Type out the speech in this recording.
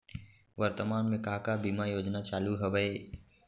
वर्तमान में का का बीमा योजना चालू हवये